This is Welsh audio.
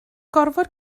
gorfod